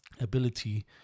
ability